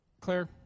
Claire